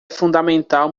fundamental